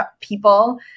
people